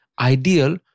ideal